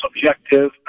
subjective